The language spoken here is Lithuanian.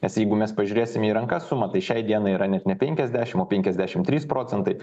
nes jeigu mes pažiūrėsim į rankas sumą tai šiai dienai yra net ne penkiasdešim o penkiasdešim trys procentai